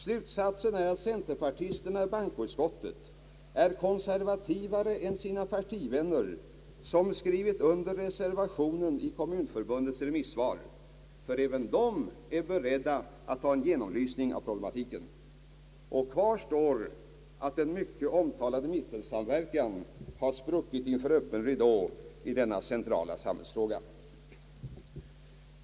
Slutsatsen är att centerpartisterna i bankoutskottet är konservativare än sina partivänner som skrivit under reservationen i Kommunförbundets remissvar, som ju är beredda att gå med på en utredning. Kvar står att den mycket omtalade mittensamverkan här har spruckit inför öppen ridå i denna centrala samhällsfråga.